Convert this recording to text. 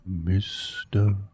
Mr